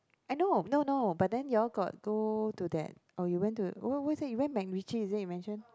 I know no no but then y'all got go to that oh you went to where where is that you went MacRitchie is it you mention